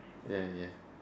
ya ya